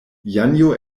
janjo